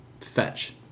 fetch